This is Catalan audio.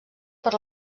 per